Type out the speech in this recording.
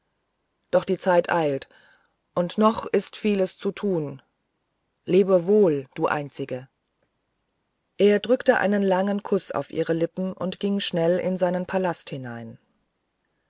doch die zeit eilt und noch ist vieles zu tun lebe wohl du einzige er drückte einen langen kuß auf ihre lippen und ging schnell in seinen palast hinein